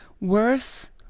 worse